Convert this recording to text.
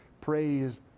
praise